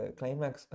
climax